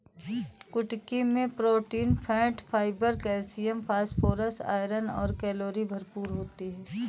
कुटकी मैं protein, fat, fibre, calcium, phosphorus, iron और कैलोरी भरपूर होती है